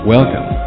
Welcome